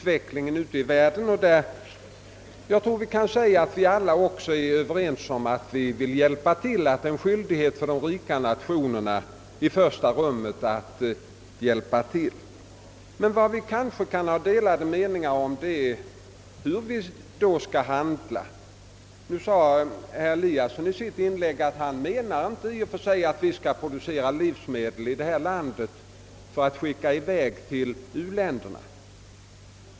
Vi är också alla överens om att vi vill hjälpa till och att detta i främsta rummet är en skyldighet för de rika nationerna. Vad vi kan ha delade meningar om är hur vi skall handla. I sitt inlägg framhöll herr Eliasson att han inte i och för sig menar att vi i vårt land skall producera livsmedel att skicka till u-länderna.